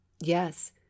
yes